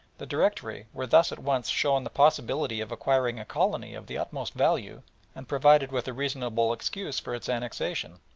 the directory were thus at once shown the possibility of acquiring a colony of the utmost value and provided with a reasonable excuse for its annexation.